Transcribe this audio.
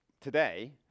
today